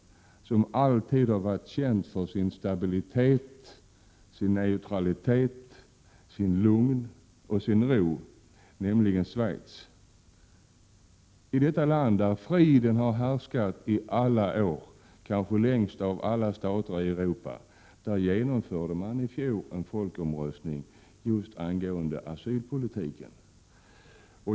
Det är fråga om ett land som alltid har varit känt för sin stabilitet, neutralitet, sitt lugn och sin ro, nämligen Schweiz. I detta land, där friden kanske har härskat längst bland alla stater i Europa, genomfördes alltså i fjol en sådan folkomröstning.